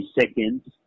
seconds